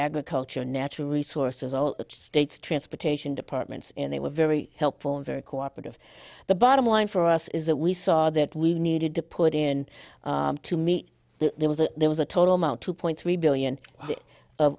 agriculture natural resources all the states transportation departments and they were very helpful and very cooperative the bottom line for us is that we saw that we needed to put in to meet there was a there was a total amount two point three billion of